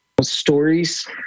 stories